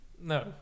No